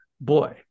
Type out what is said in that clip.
boy